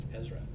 Ezra